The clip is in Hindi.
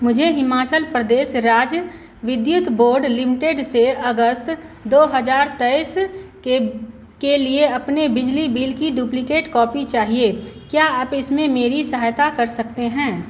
मुझे हिमाचल प्रदेश राज्य विद्युत बोर्ड लिमिटेड से अगस्त दो हज़ार तेईस के के लिए अपने बिजली बिल की डुप्लिकेट कॉपी चाहिए क्या आप इसमें मेरी सहायता कर सकते हैं